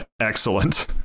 Excellent